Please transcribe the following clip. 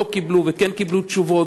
לא קיבלו וכן קיבלו תשובות,